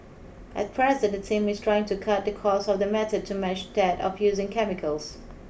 at present the team is trying to cut the cost of the method to match that of using chemicals